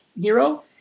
hero